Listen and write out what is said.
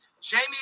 Jamie